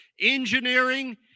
Engineering